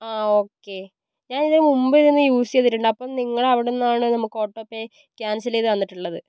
ആ ഓക്കേ ഞാനിതിന് മുമ്പ് ഇത് യൂസ് ചെയ്തിട്ടുണ്ട് അപ്പം നിങ്ങള് അവിടുന്നാണ് നമുക്ക് ഓട്ടോ പേ ക്യാൻസല് ചെയ്ത് തന്നിട്ടുള്ളത്